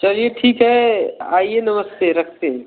चलिए ठीक है आइए नमस्ते रखते हैं